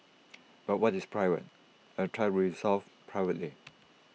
but what is private I will try to resolve privately